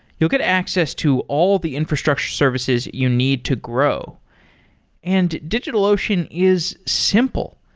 you'll get access to all the infrastructure services you need to grow and digitalocean is simple.